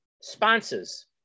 sponsors